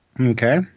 Okay